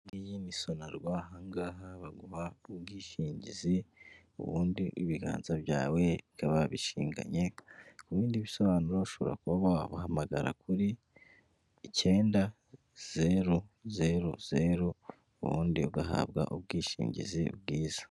Iyi ni sonarwa aha ngaha baguha ubwishingizi ubundi ibiganza byawe bikaba bishinganye ku bindi bisobanuro ushobora kuba wabahamagara kuri icyenda zeru, zeru, zeru ubundi ugahabwa ubwishingizi bwiza.